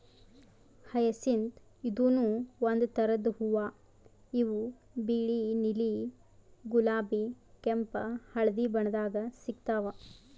hyacinth ಇದೂನು ಒಂದ್ ಥರದ್ ಹೂವಾ ಇವು ಬಿಳಿ ನೀಲಿ ಗುಲಾಬಿ ಕೆಂಪ್ ಹಳ್ದಿ ಬಣ್ಣದಾಗ್ ಸಿಗ್ತಾವ್